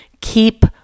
keep